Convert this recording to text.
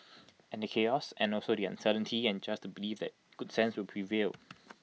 and the chaos and also the uncertainty and just to believe that good sense will prevail